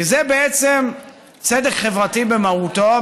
זה צדק חברתי במהותו,